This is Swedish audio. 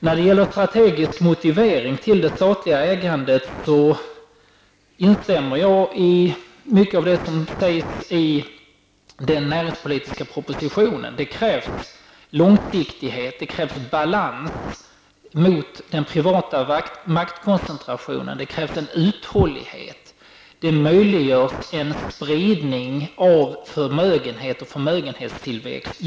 När det gäller den strategiska motiveringen för det statliga ägandet instämmer jag i mycket av det som sägs i den näringspolitiska propositionen. Det krävs långsiktighet, det krävs balans mot den privata maktkoncentrationen, och det krävs en uthållighet. Ett statligt ägande möjliggör en spridning av förmögenhet och förmögenhetstillväxt.